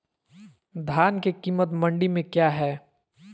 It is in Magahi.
धान के कीमत मंडी में क्या है?